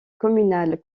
communal